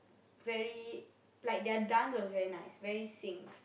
very like their dance was very nice very sync